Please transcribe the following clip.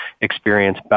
experience